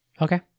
Okay